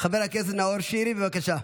חבר הכנסת נאור שירי, בבקשה.